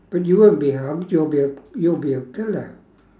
but you won't be harmed you'll be a you'll be a pillow